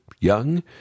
young